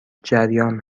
جریان